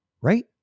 Right